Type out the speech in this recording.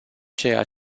ceea